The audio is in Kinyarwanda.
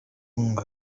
ngo